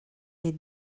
les